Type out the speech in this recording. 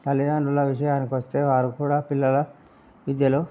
తల్లిదండ్రుల విషయానికొస్తే వారు కూడా పిల్లల విద్యలో